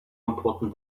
important